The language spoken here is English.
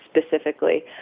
specifically